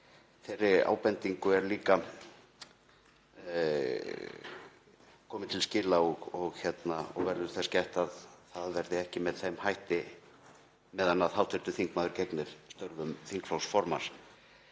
að þeirri ábendingu er líka komið til skila og verður þess gætt að það verði ekki með þeim hætti meðan hv. þingmaður gegnir störfum þingflokksformanns.